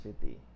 city